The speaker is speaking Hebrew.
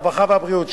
הרווחה והבריאות,